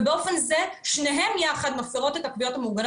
ובאופן זה שניהם יחד מפרים את הקביעות המעוגנות